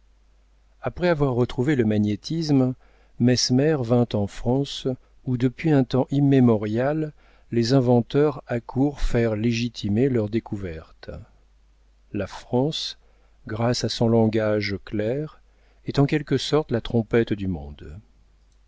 après avoir retrouvé le magnétisme mesmer vint en france où depuis un temps immémorial les inventeurs accourent faire légitimer leurs découvertes la france grâce à son langage clair est en quelque sorte la trompette du monde